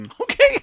Okay